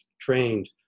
trained